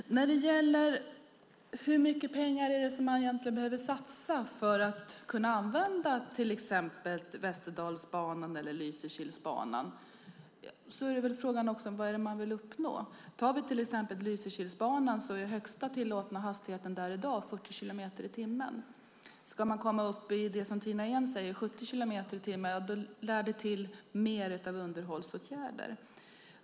Fru talman! När det gäller hur mycket pengar som egentligen behöver satsas för att kunna använda exempelvis Västerdalsbanan eller Lysekilsbanan är frågan samtidigt vad man vill uppnå. Om vi tar Lysekilsbanan är högsta tillåtna hastighet i dag 40 kilometer i timmen. Ska man komma upp i det som Tina Ehn säger, 70 kilometer i timmen, lär det behövas mer av underhållsåtgärder.